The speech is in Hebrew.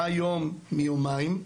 מה יום מיומיים?